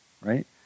right